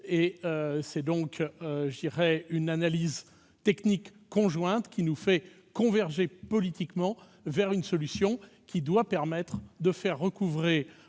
C'est donc à partir d'une analyse technique conjointe que nous convergeons politiquement vers une solution qui doit permettre de faire recouvrer